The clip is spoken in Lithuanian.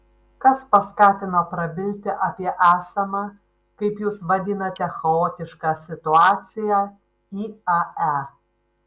kas paskatino prabilti apie esamą kaip jūs vadinate chaotišką situaciją iae